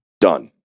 Done